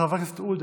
חבר הכנסת עודה